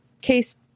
case